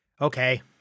Okay